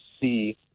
see